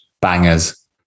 bangers